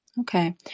Okay